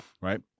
right